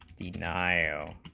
the dial o